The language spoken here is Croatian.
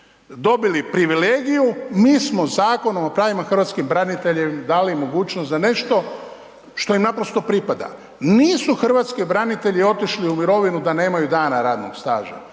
dobili privilegiju. Mi smo Zakonom o pravima hrvatskih branitelja dali mogućnost za nešto što im naprosto pripada. Nisu hrvatski branitelji otišli u mirovinu da nemaju dana radnog staža,